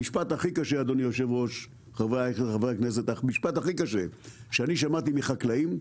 המשפט הכי קשה שאני שמעתי מחקלאים,